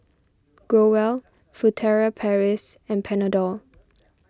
Growell Furtere Paris and Panadol